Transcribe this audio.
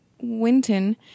Winton